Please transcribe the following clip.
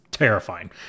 terrifying